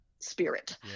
spirit